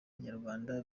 nyarwanda